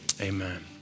Amen